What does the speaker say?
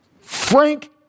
Frank